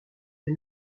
des